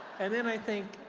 and then i think,